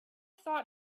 thought